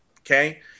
Okay